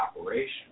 operation